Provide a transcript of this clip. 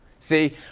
See